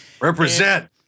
Represent